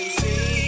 see